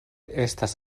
estas